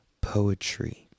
poetry